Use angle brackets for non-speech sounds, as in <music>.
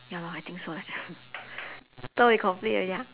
ya lor I think so leh <breath> so we complete already ah